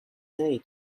day